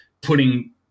putting –